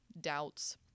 doubts